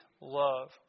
love